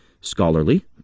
scholarly